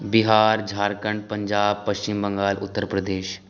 Bihar Jharkhand Punjab Paschim Bangal Uttar Pradesh